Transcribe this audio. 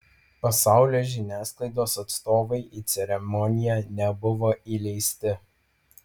pasaulio žiniasklaidos atstovai į ceremoniją nebuvo įleisti